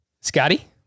Scotty